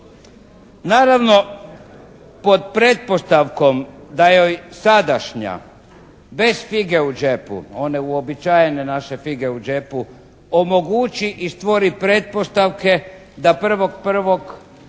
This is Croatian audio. Naravno, pod pretpostavkom da joj sadašnja bez fige u džepu, one uobičajene naše fige u džepu, omogući i stvori pretpostavke da 1.1. one